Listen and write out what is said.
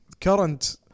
current